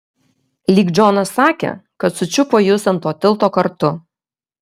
lyg džonas sakė kad sučiupo jus ant to tilto kartu